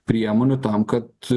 priemonių tam kad